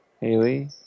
Haley